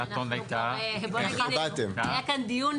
אנחנו מתנגדים להתניית הכניסה לתוקף